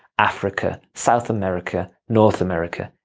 africa, south america, north america,